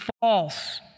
false